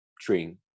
train